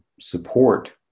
support